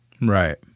Right